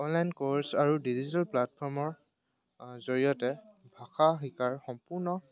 online কৰ্ছ আৰু digital প্লেটফৰ্মৰ জৰিয়তে ভাষা শিকাৰ সম্পূৰ্ণ